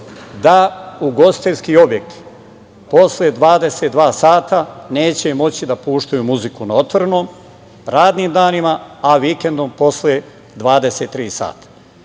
da ugostiteljski objekti posle 22 sata neće moći da puštaju muziku na otvorenom radnim danima a vikendom posle 23 sata. Mi